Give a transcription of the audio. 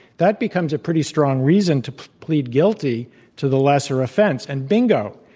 that becomes a pretty strong reason to plead guilty to the lesser offense. and bingo,